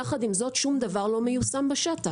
יחד עם זאת שום דבר לא מיושם בשטח.